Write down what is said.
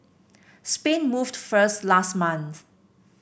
Spain moved first last month